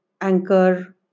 Anchor